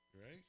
right